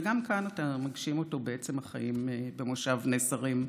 וגם כאן אתה מגשים אותו בעצם החיים במושב נס הרים,